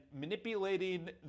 manipulating